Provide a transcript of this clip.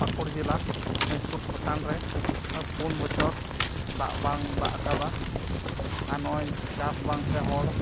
ᱯᱟᱠᱩᱲ ᱡᱮᱞᱟ ᱢᱚᱦᱮᱥᱯᱩᱨ ᱯᱨᱚᱠᱷᱚᱸᱰᱨᱮ ᱯᱩᱱ ᱵᱚᱪᱷᱚᱨ ᱫᱟᱜ ᱵᱟᱝ ᱫᱟᱜ ᱟᱠᱟᱫᱟ ᱟᱨ ᱱᱚᱜᱼᱚᱭ ᱪᱟᱥ ᱵᱟᱝᱛᱮ ᱦᱚᱲ